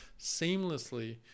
seamlessly